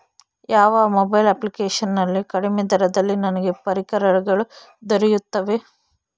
ಯಾವ mobile application ನಲ್ಲಿ ಕಡಿಮೆ ದರದಲ್ಲಿ ನನಗೆ ಪರಿಕರಗಳು ದೊರೆಯುತ್ತವೆ?